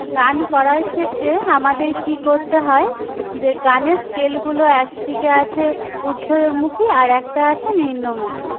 গান করার ক্ষেত্রে আমাদের কি করতে হয় যে গানের স্কেলগুলো একদিকে আছে ঊর্ধ্ব মুখী আর একটা আছে নিম্নমুখী